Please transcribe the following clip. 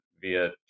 via